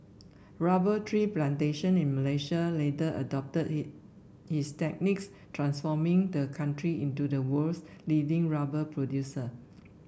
rubber tree plantation in Malaysia later adopted he his techniques transforming the country into the world's leading rubber producer